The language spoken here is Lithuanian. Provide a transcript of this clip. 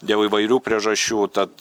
dėl įvairių priežasčių tad